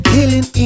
Killing